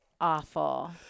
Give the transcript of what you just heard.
awful